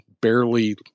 barely